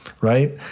right